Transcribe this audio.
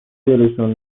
دلشون